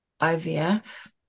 IVF